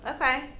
Okay